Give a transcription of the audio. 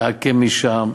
לעקם משם,